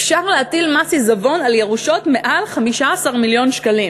אפשר להטיל מס עיזבון על ירושות מעל 15 מיליון שקלים.